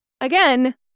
Again